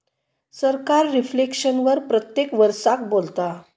सरकार रिफ्लेक्शन वर प्रत्येक वरसाक बोलता